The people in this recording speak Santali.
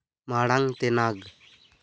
ᱢᱟᱲᱟᱝ ᱛᱮᱱᱟᱜ